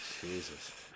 Jesus